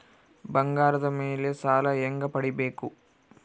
ಬಂಗಾರದ ಮೇಲೆ ಸಾಲ ಹೆಂಗ ಪಡಿಬೇಕು?